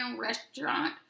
restaurant